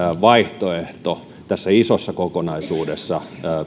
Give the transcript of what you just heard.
vaihtoehto tässä isossa kokonaisuudessa